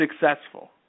successful